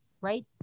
right